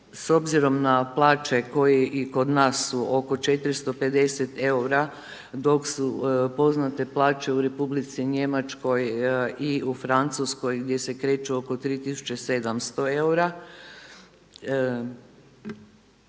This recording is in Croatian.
S obzirom na plaće koji i kod nas su oko 450 eura, dok su poznate plaće u Republici Njemačkoj i u Francuskoj gdje se kreću oko 3700 eura